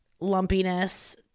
lumpiness